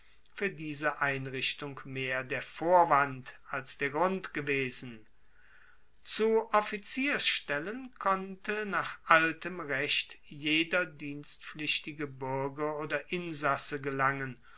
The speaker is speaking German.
fuer diese einrichtung mehr der vorwand als der grund gewesen zu offizierstellen konnte nach altem recht jeder dienstpflichtige buerger oder insasse gelangen